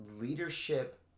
leadership